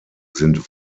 sind